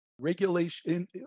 regulation